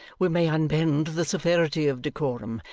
we may unbend the severity of decorum,